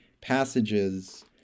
passages